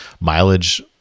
mileage